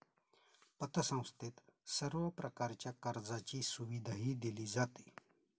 पतसंस्थेत सर्व प्रकारच्या कर्जाची सुविधाही दिली जाते